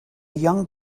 young